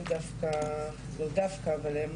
הן דווקא - לא דווקא אבל הן